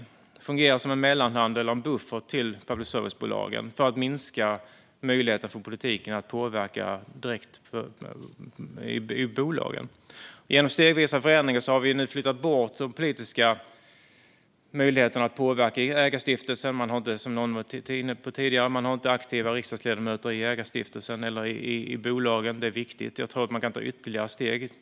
Den fungerar som en mellanhand eller en buffert till public service-bolagen för att minska möjligheten för politiken att påverka bolagen. Genom stegvisa förändringar har vi nu flyttat bort den politiska möjligheten att påverka ägarstiftelsen. Man har inte, som någon påpekade tidigare, aktiva riksdagsledamöter i ägarstiftelsen eller i bolagen. Det är viktigt. Jag tror att man kan ta ytterligare steg.